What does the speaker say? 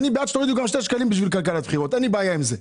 אני בעד שתורידו שני שקלים בשביל כלכלת בחירות ואין לי בעיה עם זה,